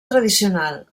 tradicional